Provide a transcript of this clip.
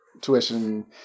tuition